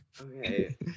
Okay